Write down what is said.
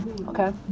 Okay